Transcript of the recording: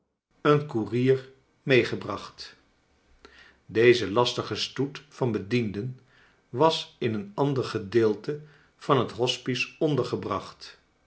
een koorier meegebracht deze lastige stoet van bedienden was in een ander gedeelte van het